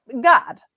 God